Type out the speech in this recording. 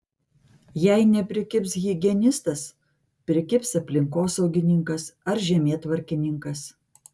jei neprikibs higienistas prikibs aplinkosaugininkas ar žemėtvarkininkas